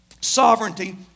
Sovereignty